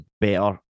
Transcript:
Better